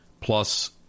Plus